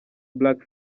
black